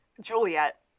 Juliet